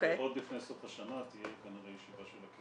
עוד לפני סוף השנה תהיה כנראה ישיבה של הקרן.